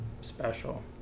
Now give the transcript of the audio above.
special